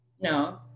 No